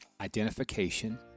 identification